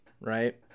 right